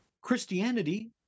Christianity